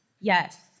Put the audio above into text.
yes